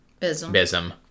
Bism